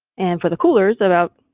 and for the coolers about